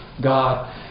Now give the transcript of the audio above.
God